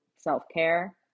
self-care